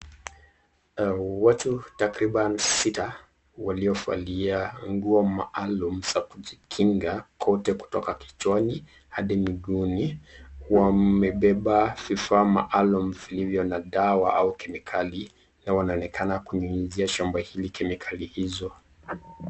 Watu takriban sita waliovalia nguo maalum za kujikinga kote kutoka kichwani hadi miguuni. Wamebeba vifaa maalum vilivyo na dawa au kemikali na wanaonekana kunyunyuzia shamba hili kemikali hizo.